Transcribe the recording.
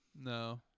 No